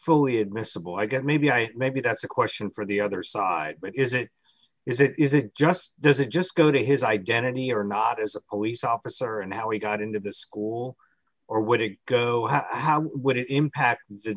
fully admissible i guess maybe i maybe that's a question for the other side but is it is it is it just does it just go to his identity or not as always officer and how he got into the school or would it go how would it impact the